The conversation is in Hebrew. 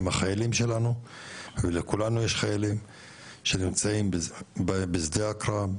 הם החיילים שלנו ולכולנו יש חיילים שנמצאים בשדה הקרב,